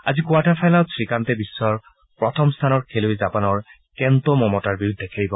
আজি কোৱাৰ্টাৰ ফাইনেলত শ্ৰীকান্তে বিশ্বৰ প্ৰথম স্থানৰ খেলুৱৈ জাপানৰ কেন্ট মমতাৰ বিৰুদ্ধে খেলিব